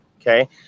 Okay